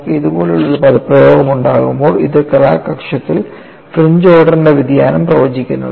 നമുക്ക് ഇതുപോലുള്ള ഒരു പദപ്രയോഗം ഉണ്ടാകുമ്പോൾ ഇത് ക്രാക്ക് അക്ഷത്തിൽ ഫ്രിഞ്ച് ഓർഡർന്റെ വ്യതിയാനം പ്രവചിക്കുന്നു